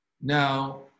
Now